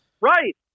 Right